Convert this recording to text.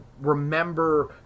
remember